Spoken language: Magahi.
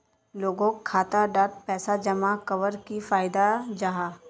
लोगोक खाता डात पैसा जमा कवर की फायदा जाहा?